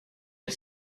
had